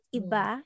iba